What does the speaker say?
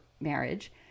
marriage